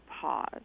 pause